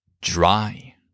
Dry